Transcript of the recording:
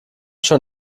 schon